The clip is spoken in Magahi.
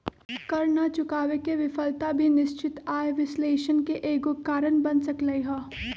कर न चुकावे के विफलता भी निश्चित आय विश्लेषण के एगो कारण बन सकलई ह